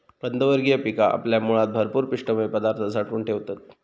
कंदवर्गीय पिका आपल्या मुळात भरपूर पिष्टमय पदार्थ साठवून ठेवतत